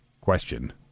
Question